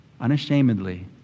unashamedly